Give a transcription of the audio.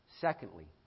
Secondly